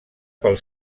pel